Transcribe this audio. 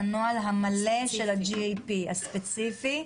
אותם ספים,